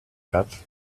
that